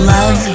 Love